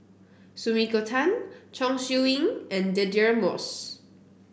Sumiko Tan Chong Siew Ying and Deirdre Moss